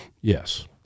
Yes